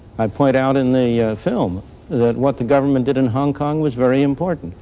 i point out in the film that what the government did in hong kong was very important.